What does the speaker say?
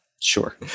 Sure